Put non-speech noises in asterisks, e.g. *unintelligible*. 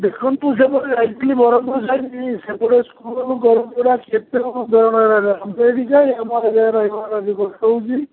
ଦେଖନ୍ତୁ ସେପଟେ ଯାଇଥିଲି ବରହମପୁର ଯାଇଥିଲି ସେପଟେ ସ୍କୁଲ୍ ବରହମପୁର *unintelligible* ଆମେ ଏଠି କାହିଁ ଆମ ଏରିଆର ରହିବା ଭାରି କଷ୍ଟ ହେଉଛି